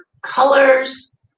colors